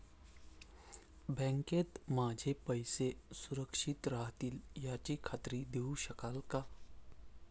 बँकेत माझे पैसे सुरक्षित राहतील याची खात्री देऊ शकाल का?